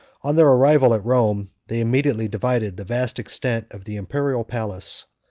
on their arrival at rome, they immediately divided the vast extent of the imperial palace.